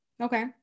okay